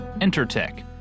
Entertech